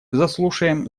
заслушаем